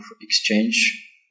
exchange